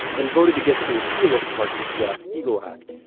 and voted against the repeal of parts of the glass-steagall act.